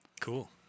Cool